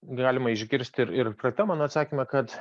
galima išgirsti ir ir praeitam mano atsakyme kad